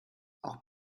auch